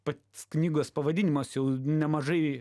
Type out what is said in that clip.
pats knygos pavadinimas jau nemažai